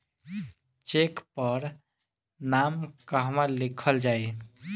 Check पर नाम कहवा लिखल जाइ?